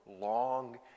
long